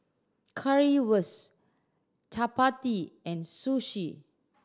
Currywurst Chapati and Sushi